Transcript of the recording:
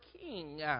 king